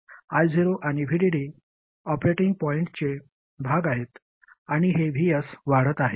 हे I0 आणि VDD operating पॉईंटचे भाग आहेत आणि हे Vs वाढत आहे